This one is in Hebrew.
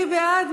מי בעד?